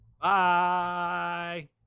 Bye